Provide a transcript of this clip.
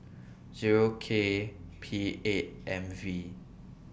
Zero K P eight M V